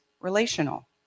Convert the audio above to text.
relational